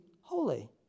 holy